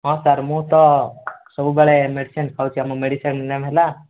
ହଁ ସାର୍ ମୁଁ ତ ସବୁବେଳେ ମେଡ଼ିସିନ ଖାଉଛି ଆମ ମେଡ଼ିସିନ ନେମ୍ ହେଲା